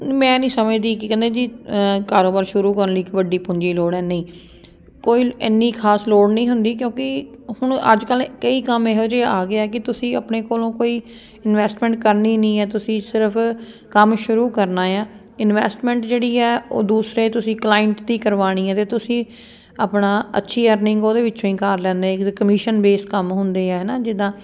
ਮੈਂ ਨਹੀਂ ਸਮਝਦੀ ਕੀ ਕਹਿੰਦੇ ਕੀ ਕਾਰੋਬਾਰ ਸ਼ੁਰੂ ਕਰਨ ਲਈ ਇੱਕ ਵੱਡੀ ਪੂੰਜੀ ਦੀ ਲੋੜ ਹੈ ਨਹੀਂ ਕੋਈ ਇੰਨੀ ਖਾਸ ਲੋੜ ਨਹੀਂ ਹੁੰਦੀ ਕਿਉਂਕਿ ਹੁਣ ਅੱਜ ਕੱਲ੍ਹ ਕਈ ਕੰਮ ਇਹੋ ਜਿਹੇ ਆ ਗਏ ਆ ਕਿ ਤੁਸੀਂ ਆਪਣੇ ਕੋਲੋਂ ਕੋਈ ਇਨਵੈਸਟਮੈਂਟ ਕਰਨੀ ਨਹੀਂ ਹੈ ਤੁਸੀਂ ਸਿਰਫ ਕੰਮ ਸ਼ੁਰੂ ਕਰਨਾ ਆ ਇਨਵੈਸਟਮੈਂਟ ਜਿਹੜੀ ਹੈ ਉਹ ਦੂਸਰੇ ਤੁਸੀਂ ਕਲਾਇੰਟ ਦੀ ਕਰਵਾਉਣੀ ਹੈ ਅਤੇ ਤੁਸੀਂ ਆਪਣਾ ਅੱਛੀ ਅਰਨਿੰਗ ਉਹਦੇ ਵਿੱਚੋਂ ਹੀ ਕਰ ਲੈਂਦੇ ਹੈ ਜਿੱਦਾਂ ਕਮਿਸ਼ਨ ਬੇਸ ਕੰਮ ਹੁੰਦੇ ਆ ਹੈ ਨਾ ਜਿੱਦਾਂ